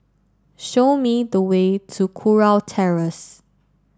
show me the way to Kurau Terrace